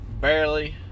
Barely